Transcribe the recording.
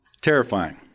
terrifying